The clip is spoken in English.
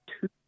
two